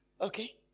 Okay